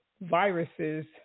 viruses